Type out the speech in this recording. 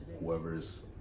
whoever's